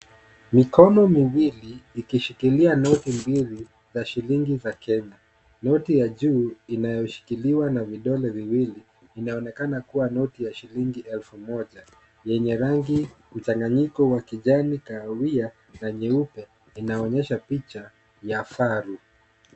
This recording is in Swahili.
Mikono miwili ikishikilia noti mbili za shilingi za Kenya. Noti ya juu inayoshikiliwa na vidole viwili, inaonekana kuwa noti ya shilingi elfu moja, yenye rangi mchanganyiko wa kijani kahawia na nyeupe, inaonyesha picha ya faru.